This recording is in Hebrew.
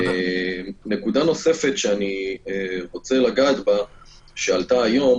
נקודה נוספת, שעלתה היום